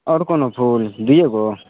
आओर कोनो फूल दुइए गो